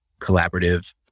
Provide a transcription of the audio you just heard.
collaborative